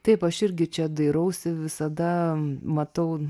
taip aš irgi čia dairausi visada matau